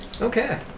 Okay